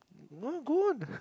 no go on